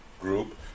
group